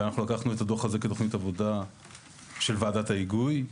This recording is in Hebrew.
לקחנו את הדוח הזה כתוכנית עבודה של ועדת ההיגוי.